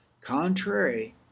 contrary